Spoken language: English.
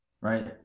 right